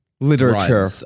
literature